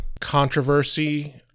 controversy